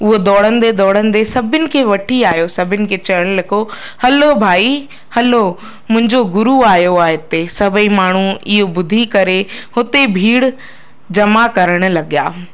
उहो दौड़ंदे दौड़ंदे सभिनि खे वठी आहियो सभिनि खे चइनि लॻो हलो भाई हलो मुंहिंजो गुरु आयो आहे हिते सभई माण्हू इहो ॿुधी करे हुते भीड़ जमा करणु लॻिया